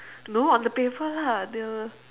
no on the paper lah they were